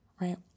right